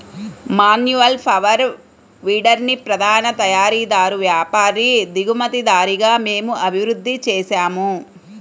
manual power వీడర్ని ప్రధాన తయారీదారు, వ్యాపారి, దిగుమతిదారుగా మేము అభివృద్ధి చేసాము